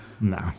No